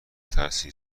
ترسی